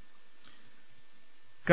ൾ